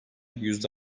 yüzde